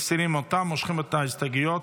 מסירים אותן, מושכים את ההסתייגויות.